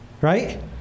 Right